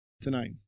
tonight